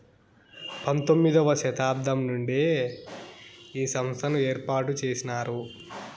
పంతొమ్మిది వ శతాబ్దం నుండే ఈ సంస్థను ఏర్పాటు చేసినారు